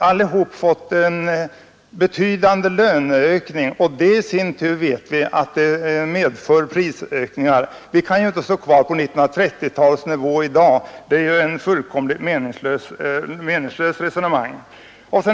Alla har sedan dess fått betydande löneökningar, vilket i sin tur medfört prisökningar. Vi kan ju inte stå kvar på 1930-talets nivå. Det är ett fullkomligt meningslöst resonemang.